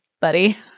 buddy